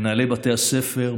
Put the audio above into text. מנהלי בתי הספר,